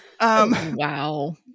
Wow